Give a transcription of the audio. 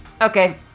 Okay